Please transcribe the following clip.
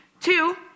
two